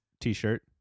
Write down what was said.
t-shirt